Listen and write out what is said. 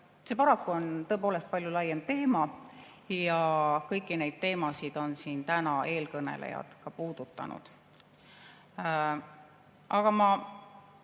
See paraku on tõepoolest palju laiem teema ja kõiki neid teemasid on siin täna eelkõnelejad ka puudutanud. Aga ma